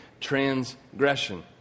transgression